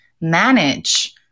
manage